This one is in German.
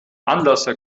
anlasser